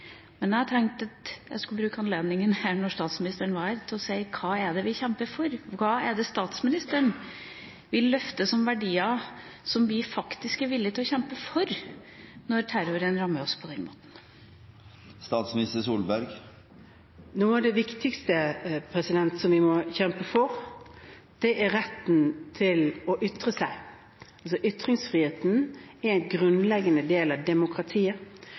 Men jeg tenkte at jeg skulle bruke anledninga, når statsministeren er her, til å spørre: Hva er det vi kjemper for, hva er det statsministeren vil løfte som verdier som vi faktisk er villig til å kjempe for, når terroren rammer oss på den måten? Noe av det viktigste som vi må kjempe for, er retten til å ytre seg. Ytringsfriheten er en grunnleggende del av demokratiet,